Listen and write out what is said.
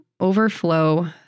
overflow